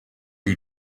you